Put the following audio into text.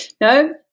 No